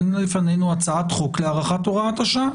אין בפנינו הצעת חוק להארכת הוראת השעה.